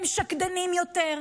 הם שקדנים יותר,